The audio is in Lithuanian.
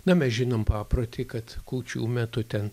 na mes žinom paprotį kad kūčių metu ten